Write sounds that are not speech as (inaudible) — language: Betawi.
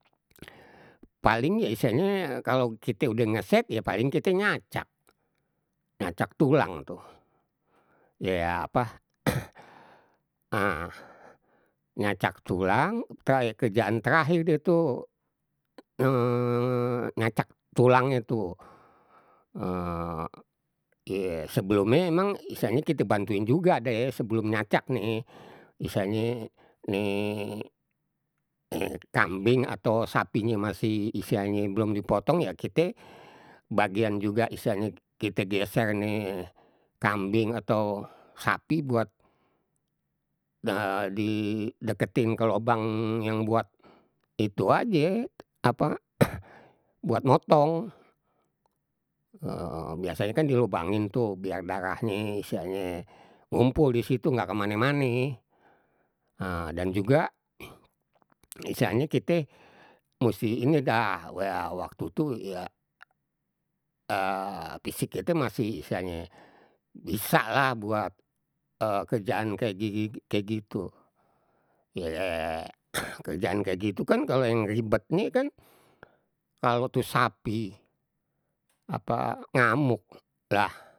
Paling ye istilahnye kalau kite udah ngeset ya paling kite nyacak, nyacak tulang tuh ye apa (noise) (hesitation) nyacak tulang ntar kerjaan terakhir deh tu (hesitation) nyacak tulangnye tu. (hesitation) ye sebelumnye emang istilahnye kita bantuin juga deh ye sebelum nyacak nih misalnye nih kambing, atau sapinye masih istilahnye belum dipotong ya kite bagian juga istilahnye kite geser nih kambing atau sapi buat (hesitation) dideketin ke lubang yang buat itu aje apa (noise) buat motong, (hesitation) biasanye kan dilubangin tuh biar darahnye istilahnye ngumpul disitu nggak ke mane mane ha dan juga istilahnye kita, musti ini dah, waktu tu ya (hesitation) fisik kita masih istilahnye bisa lah buat kerjaan kayak gi kayak gitu. Ye (noise) kerjaan kayak gitu kan kalau yang ribetnye kan kalau tu sapi apa ngamuk lah.